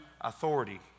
authority